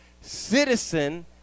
citizen